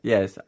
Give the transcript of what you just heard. Yes